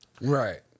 Right